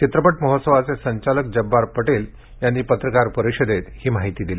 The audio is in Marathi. चित्रपट महोत्सवाचे संचालक जब्बार पटेल यांनी आज पत्रकार परिषदेत ही माहिती दिली